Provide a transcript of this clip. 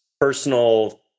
personal